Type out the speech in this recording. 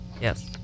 Yes